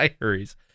Diaries